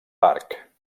parc